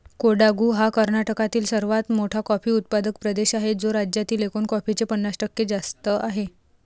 कोडागु हा कर्नाटकातील सर्वात मोठा कॉफी उत्पादक प्रदेश आहे, जो राज्यातील एकूण कॉफीचे पन्नास टक्के जास्त आहे